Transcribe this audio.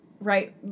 right